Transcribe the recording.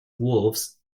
wolves